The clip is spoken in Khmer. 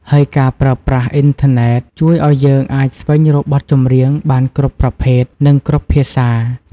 ហើយការប្រើប្រាស់អ៊ីនធឺណិត ជួយឱ្យយើងអាចស្វែងរកបទចម្រៀងបានគ្រប់ប្រភេទ និងគ្រប់ភាសា។